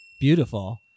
Beautiful